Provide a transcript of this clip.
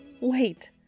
Wait